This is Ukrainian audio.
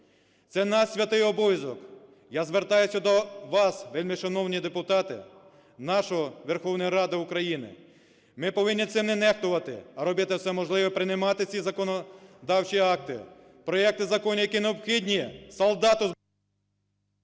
Це наш святий обов'язок. Я звертаюся до вас, вельмишановні депутати, нашої Верховної Ради України. Ми повинні цим не нехтувати, а робити все можливе і приймати ці законодавчі акти, проекти законів, які необхідні солдату…